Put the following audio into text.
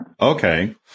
Okay